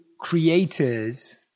creators